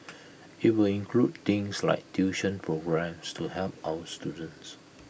IT will include things like tuition programmes to help our students